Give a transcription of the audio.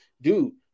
Dude